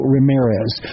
Ramirez